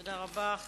תודה רבה.